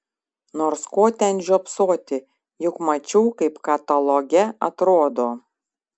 nors ko ten žiopsoti juk mačiau kaip kataloge atrodo